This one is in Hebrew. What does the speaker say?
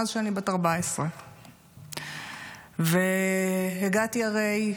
מאז שאני בת 14. והגעתי הרי,